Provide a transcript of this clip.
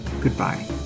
goodbye